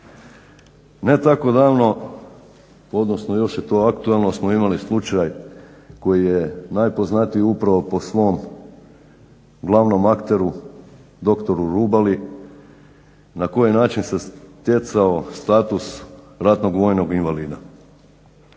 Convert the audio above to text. Ne tako davno, odnosno još je to aktualno, smo imali slučaj koji je najpoznatiji upravo po svom glavnom akteru dr. Rubali na koji način se stjecao status ratnog vojnog invalida.